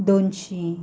दोनशीं